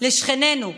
לשכנינו.